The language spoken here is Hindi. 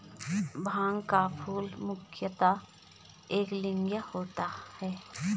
भांग का फूल मुख्यतः एकलिंगीय होता है